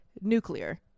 nuclear